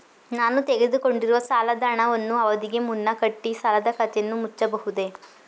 ನಾನು ತೆಗೆದುಕೊಂಡಿರುವ ಸಾಲದ ಹಣವನ್ನು ಅವಧಿಗೆ ಮುನ್ನ ಕಟ್ಟಿ ಸಾಲದ ಖಾತೆಯನ್ನು ಮುಚ್ಚಬಹುದೇ?